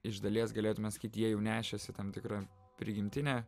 iš dalies galėtume sakyt jie jau nešėsi tam tikrą prigimtinę